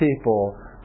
people